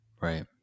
Right